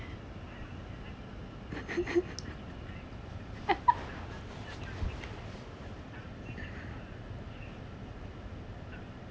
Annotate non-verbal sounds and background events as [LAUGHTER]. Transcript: [LAUGHS]